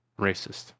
racist